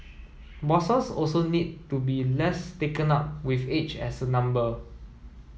bosses also need to be less taken up with age as a number